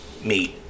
meet